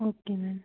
okay ma'am